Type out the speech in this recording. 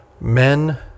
Men